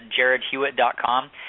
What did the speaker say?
jaredhewitt.com